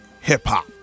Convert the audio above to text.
hip-hop